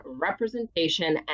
representation